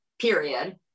period